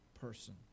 person